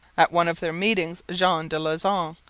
at one of their meetings jean de lauzon,